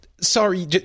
sorry